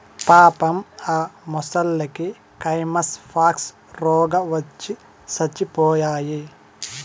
పాపం ఆ మొసల్లకి కైమస్ పాక్స్ రోగవచ్చి సచ్చిపోయాయి